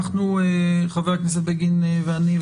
חבר הכנסת בגין ואני,